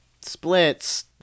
splits